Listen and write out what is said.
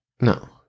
No